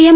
M